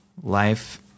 Life